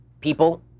people